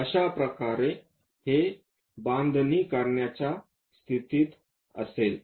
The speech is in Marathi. अशा प्रकारे हे बांधणी करण्याच्या स्थितीत असेल